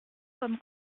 comme